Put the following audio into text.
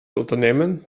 unternehmen